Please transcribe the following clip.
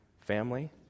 family